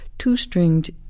two-stringed